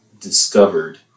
discovered